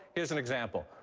here's an example.